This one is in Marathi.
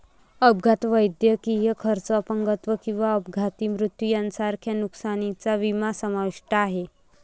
अपघात, वैद्यकीय खर्च, अपंगत्व किंवा अपघाती मृत्यू यांसारख्या नुकसानीचा विमा समाविष्ट आहे